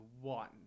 one